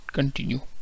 Continue